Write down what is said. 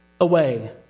away